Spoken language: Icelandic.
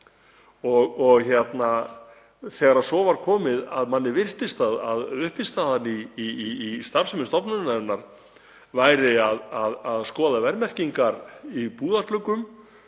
niður. Þegar svo var komið að manni virtist að uppistaðan í starfsemi stofnunarinnar væri að skoða verðmerkingar í búðargluggum